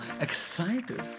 excited